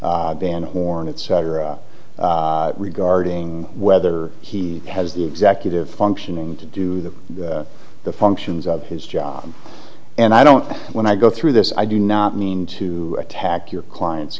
van horn etc regarding whether he has the executive functioning to do the the functions of his job and i don't when i go through this i do not mean to attack your client